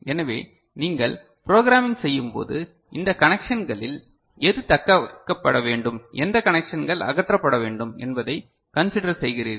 எனவே நீங்கள் ப்ரோக்ராமிங் செய்யும்போது இந்த கனெக்ஷன்களில் எது தக்கவைக்கப்பட வேண்டும் எந்த கனெக்ஷன்கள் அகற்றப்பட வேண்டும் என்பதை கன்சிடர் செய்கிறீர்கள்